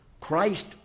Christ